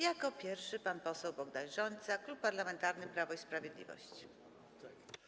Jako pierwszy pan poseł Bogdan Rzońca, Klub Parlamentarny Prawo i Sprawiedliwość.